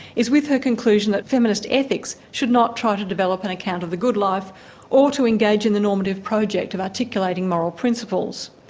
is with her conclusion that feminist ethics should not try to develop an account of the good life or to engage in the normative project of articulating moral principles.